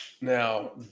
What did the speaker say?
Now